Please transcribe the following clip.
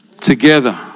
together